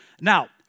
Now